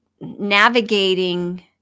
navigating